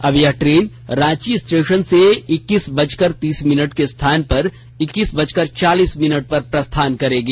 अब यह train Ranchi station से इक्कीस बजकर तीस मिनट के स्थान पर इक्कीस बजकर चालीस मिनट पर प्रस्थान करेगी